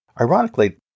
Ironically